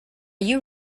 you